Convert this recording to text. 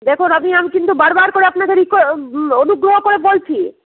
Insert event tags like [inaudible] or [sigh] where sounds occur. দেখুন আপনি আমি কিন্তু বারবার করে আপনাকে [unintelligible] অনুগ্রহ করে বলছি